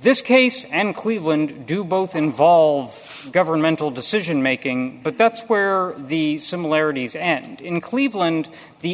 this case and cleveland do both involve governmental decision making but that's where the similarities end in cleveland the